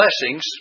blessings